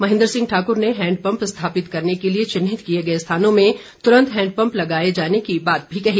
महेंद्र सिंह ठाकुर ने हैंडपम्प स्थापित करने के लिए चिन्हित किए गए स्थानों में तुरंत हैंडपम्प लगाए जाने की बात भी कही